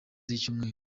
z’icyumweru